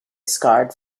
scarred